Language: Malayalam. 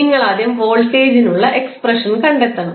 നിങ്ങൾ ആദ്യം വോൾട്ടേജിനുള്ള എക്സ്പ്രഷൻ കണ്ടെത്തണം